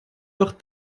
doch